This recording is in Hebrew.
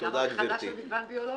וגם הכחדה של מגוון ביולוגי.